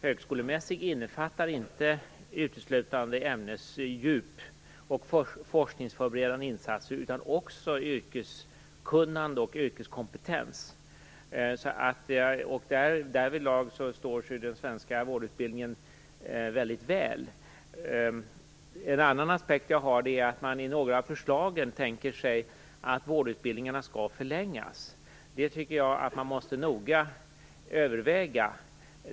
Högskolemässig innefattar inte uteslutande ämnesdjup och forskningsförberedande insatser, utan också yrkeskunnande och yrkeskompetens. Därvidlag står sig den svenska vårdutbildningen väldigt väl. En annan aspekt är att man i några av förslagen tänker sig att vårdutbildningarna skall förlängas. Jag tycker att man måste noga överväga det.